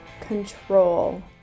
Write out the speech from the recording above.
control